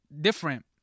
different